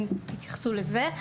שתתייחסו לזה.